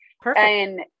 Perfect